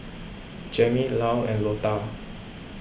Jammie Lyle and Lotta